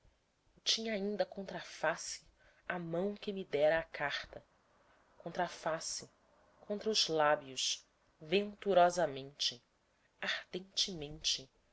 tinha ainda contra a face a mão que me dera a carta contra a face contra os lábios venturosamente ardentemente